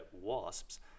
wasps